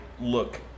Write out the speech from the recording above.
look